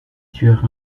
sur